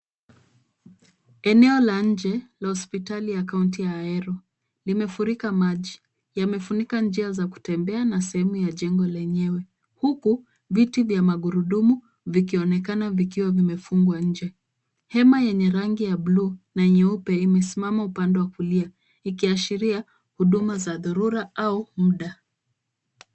Eneo la nje la hospitali ya kaunti ya Ahero limefurika maji. Yamefunika njia za kutembelea na sehemu ya jengo lenyewe, huku viti vya magurudumu vikionekana vikiwa vimefungwa nje. Hema yenye rangi ya buluu na nyeupe imesimama upande wa kulia ikiashiria huduma za dharura au muda.